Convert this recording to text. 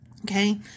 Okay